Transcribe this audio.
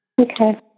Okay